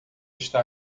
está